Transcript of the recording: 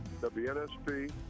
WNSP